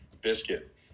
biscuit